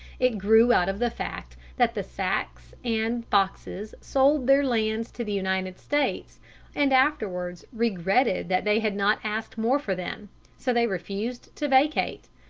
it grew out of the fact that the sacs and foxes sold their lands to the united states and afterwards regretted that they had not asked more for them so they refused to vacate,